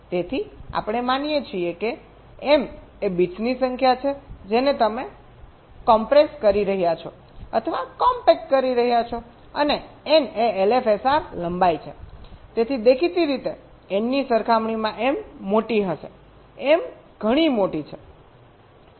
તેથી આપણે માનીએ છીએ કે m એ બિટ્સની સંખ્યા છે જેને તમે કમ્પ્રેસ કરી રહ્યા છો અથવા કોમ્પેક્ટ કરી રહ્યા છો અને n એ LFSR લંબાઈ છે તેથી દેખીતી રીતે n ની સરખામણીમાં m મોટી હશે m ઘણી મોટી છે